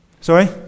Sorry